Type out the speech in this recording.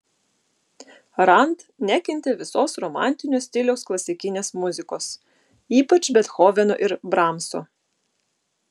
rand nekentė visos romantinio stiliaus klasikinės muzikos ypač bethoveno ir bramso